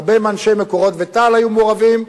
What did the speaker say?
הרבה מאנשי "מקורות" ותה"ל היו מעורבים.